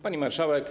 Pani Marszałek!